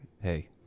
Hey